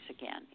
again